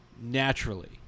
naturally